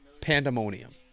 pandemonium